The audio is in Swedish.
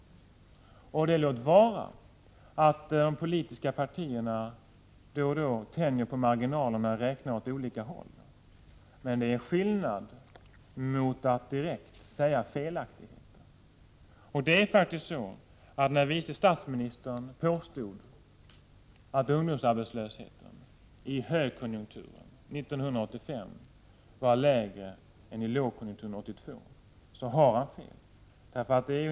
|: stimulera unga Låt vara att de politiska partierna tänjer på marginalerna och räknar åt mänAiskortill olika håll, men det är något annat än att direkt uttala felaktigheter. När vice initiativtagande statsministern påstod att ungdomsarbetslösheten i högkonjunkturen 1985 och nytänkande var lägre än i lågkonjunkturen 1982 så hade han faktiskt fel.